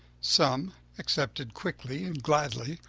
some accepted quickly and gladly.